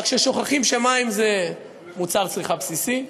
רק ששוכחים שמים זה מוצר צריכה בסיסי,